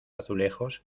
azulejos